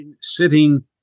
sitting